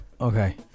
Okay